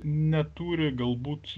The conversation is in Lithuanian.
neturi galbūt